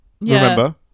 Remember